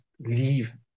leave